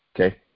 Okay